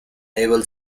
naval